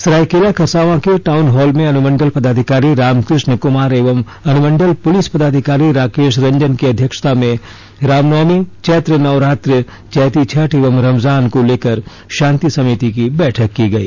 सरायकेला खरसांवा के town hall में अनमुंडल पदाधिकारी रामकृष्ण कुमार एवं अनुमंडल पुलिस पदाधिकारी राकेश रंजन की अध्यक्षता में रामनवमी चैत्र नवरात्र चैती छठ एवं रमजान को लेकर शांति समिति की बैठक की गई